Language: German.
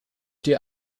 dir